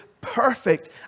perfect